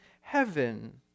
heaven